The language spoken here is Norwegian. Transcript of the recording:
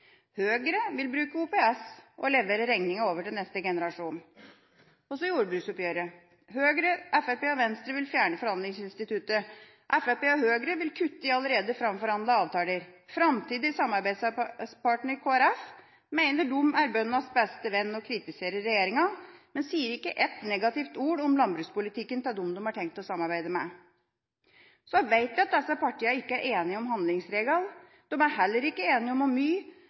vil bruke OPS og sende regninga til neste generasjon. Når det gjelder jordbruksoppgjøret: Høyre, Fremskrittspartiet og Venstre vil fjerne forhandlingsinstituttet. Fremskrittspartiet og Høyre vil kutte i allerede framforhandlede avtaler. Framtidig samarbeidspartner Kristelig Folkeparti mener de er bøndenes beste venn og kritiserer regjeringa, men sier ikke ett negativt ord om landbrukspolitikken til dem de har tenkt å samarbeide med. Så vet vi at disse partiene ikke er enige om handlingsregelen. De er heller ikke enige om hvor mye